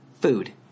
food